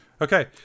Okay